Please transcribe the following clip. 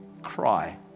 cry